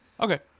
okay